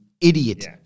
idiot